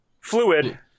fluid